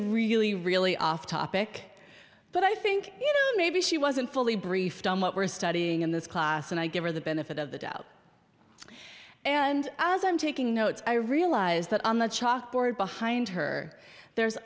really really off topic but i think maybe she wasn't fully briefed on what we're studying in this class and i give her the benefit of the doubt and as i'm taking notes i realize that on the chalkboard behind her there's